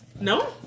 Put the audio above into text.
No